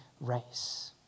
race